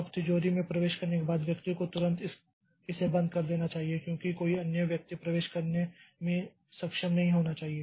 अब तिजोरी में प्रवेश करने के बाद व्यक्ति को तुरंत इसे बंद कर देना चाहिए क्योंकि कोई अन्य व्यक्ति प्रवेश करने में सक्षम नहीं होना चाहिए